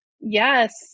Yes